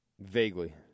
Vaguely